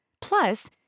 Plus